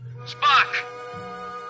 Spock